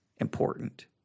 important